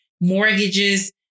mortgages